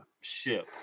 ship